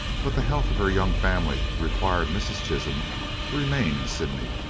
but the health of her young family required mrs. chisholm to remain in sydney.